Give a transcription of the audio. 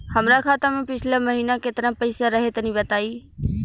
हमरा खाता मे पिछला महीना केतना पईसा रहे तनि बताई?